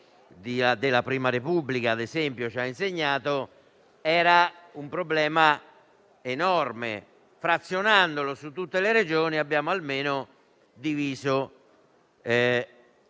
della prima Repubblica ci ha insegnato, era un problema enorme; frazionandolo su tutte le Regioni abbiamo almeno diviso il